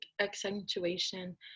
accentuation